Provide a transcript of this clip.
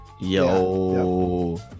Yo